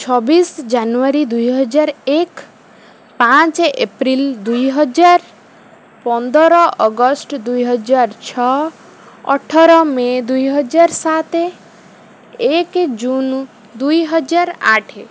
ଛବିଶ ଜାନୁଆରୀ ଦୁଇହଜାର ଏକ ପାଞ୍ଚ ଏପ୍ରିଲ୍ ଦୁଇହଜାର ପନ୍ଦର ଅଗଷ୍ଟ ଦୁଇହଜାର ଛଅ ଅଠର ମେ ଦୁଇହଜାର ସାତ ଏକ ଜୁନ୍ ଦୁଇହଜାର ଆଠ